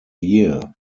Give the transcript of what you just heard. year